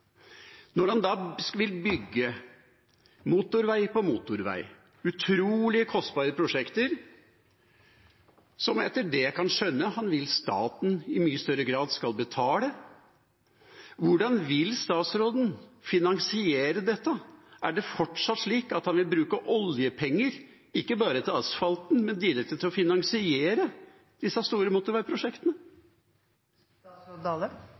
vil bygge motorvei på motorvei, utrolig kostbare prosjekter – som han, etter det jeg kan skjønne, vil at staten i mye større grad skal betale – da er spørsmålet: Hvordan vil statsråden finansiere dette? Er det fortsatt slik at han vil bruke oljepenger, ikke bare til asfalten, men direkte til å finansiere disse store